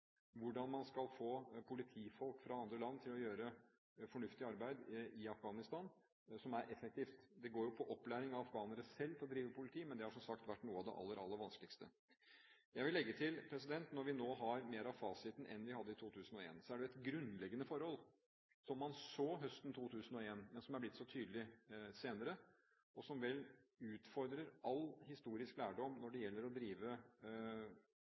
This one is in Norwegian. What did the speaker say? hvordan man skal få politifolk fra andre land til å gjøre et fornuftig og effektivt arbeid i Afghanistan. Det går på opplæring av afghanere til selv å drive politiet. Det har som sagt vært noe av det aller, aller vanskeligste. Jeg vil legge til, når vi nå har mer av fasiten enn vi hadde i 2001, at det er ett grunnleggende forhold, som man så høsten 2001, men som er blitt så tydelig senere, og som vel utfordrer all historisk lærdom når det gjelder å drive